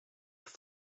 have